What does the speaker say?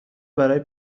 برای